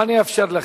אבל אני אאפשר לך.